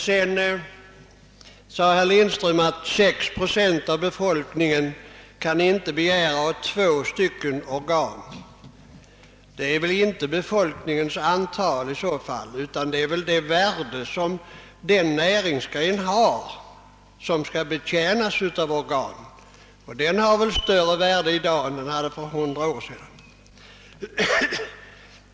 Herr Lindström menade att 6 procent av befolkningen inte kan begära att ha två länsorgan. Det är väl inte fråga om befolkningens antal utan om det värde den näringsgren har som skall betjänas av organen, och den har nog större värde i dag ur samhällsekonomisk synpunkt än för hundra år sedan.